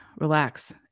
relax